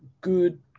good